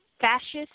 fascist